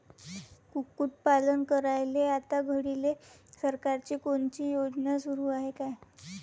कुक्कुटपालन करायले आता घडीले सरकारची कोनची योजना सुरू हाये का?